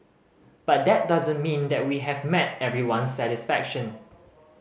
but that doesn't mean that we have met everyone's satisfaction